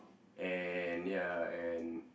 and ya and